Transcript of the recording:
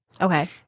Okay